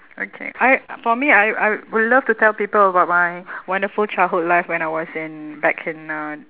okay I for me I I will love to tell people about my wonderful childhood life when I was in back in uh